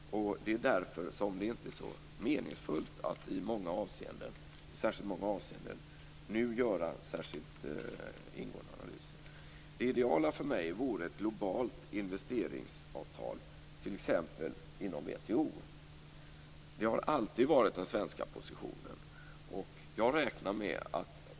Det är därför det inte är så meningsfullt att i särskilt många avseenden göra analyser. Det ideala för mig vore ett globalt investeringsavtal, t.ex. inom WTO. Det har alltid varit den svenska positionen.